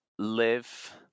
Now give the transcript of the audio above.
live